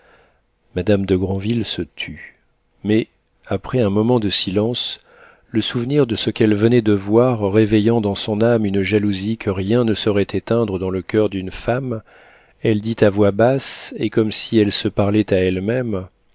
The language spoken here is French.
madame de granville se tut mais après un moment de silence le souvenir de ce qu'elle venait de voir réveillant dans son âme une jalousie que rien ne saurait éteindre dans le coeur d'une femme elle dit à voix basse et comme si elle se parlait à elle-même